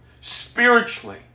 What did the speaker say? spiritually